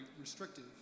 restrictive